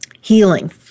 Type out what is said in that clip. Healing